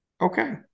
Okay